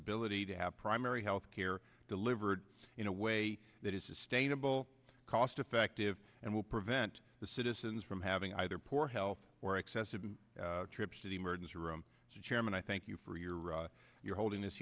ability to have primary health care delivered in a way that is sustainable cost effective and will prevent the citizens from having either poor health or excessive trips to the emergency room as a chairman i thank you for your you're holding this